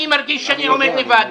אני מרגיש שאני עומד לבד.